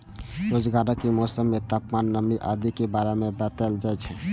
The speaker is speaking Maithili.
रोजानाक मौसम मे तापमान, नमी आदि के बारे मे बताएल जाए छै